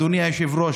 אדוני היושב-ראש,